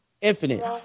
Infinite